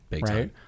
right